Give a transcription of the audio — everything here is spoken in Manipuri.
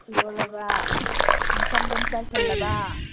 ꯏꯔꯣꯜꯂꯕ ꯏꯪꯊꯝꯗꯨꯝ ꯆꯥꯏꯁꯜꯂꯕ